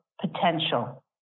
potential